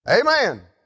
Amen